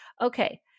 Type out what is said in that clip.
Okay